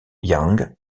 yang